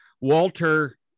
Walter